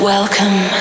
Welcome